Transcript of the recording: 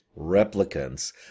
replicants